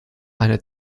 eine